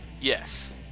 yes